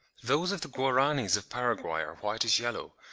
those of the guaranys of paraguay are whitish-yellow,